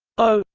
o